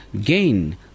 gain